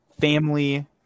family